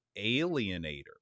Alienator